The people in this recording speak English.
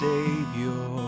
Savior